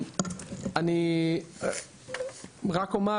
אני רק אומר,